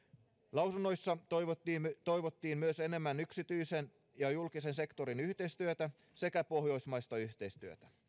lausunnoissa toivottiin myös enemmän yksityisen ja julkisen sektorin yhteistyötä sekä pohjoismaista yhteistyötä